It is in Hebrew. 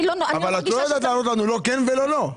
אבל את לא יודעת לענות לנו לא כן ולא לא.